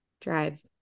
Drive